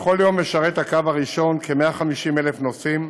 בכל יום משרת הקו הראשון כ-150,000 נוסעים,